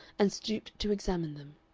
and stooped to examine them.